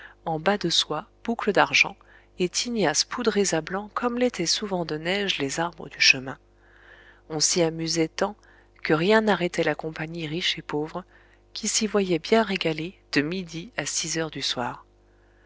en bas de soie boucles d'argent et tignasses poudrées à blanc comme l'étaient souvent de neige les arbres du chemin on s'y amusait tant que rien n'arrêtait la compagnie riche et pauvre qui s'y voyait bien régalée de midi à six heures du soir